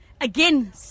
again